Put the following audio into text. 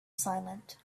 silent